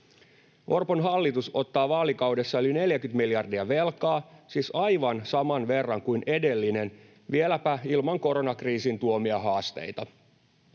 Orpon hallitus ottaa vaalikaudessa yli 40 miljardia velkaa, siis aivan saman verran kuin edellinen, vieläpä ilman koronakriisin tuomia haasteita.